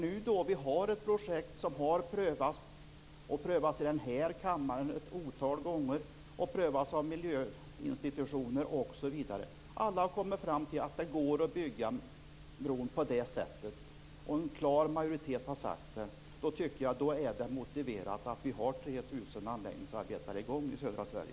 Nu har vi ett projekt som prövats ett otal gånger i denna kammare, liksom av miljöinstitutioner osv. Alla har kommit fram till att det går att bygga bron på detta sätt, och en klar majoritet har uttalat detta. Då anser jag att det är motiverat att ha 3 000 anläggningsarbetare i gång i södra Sverige.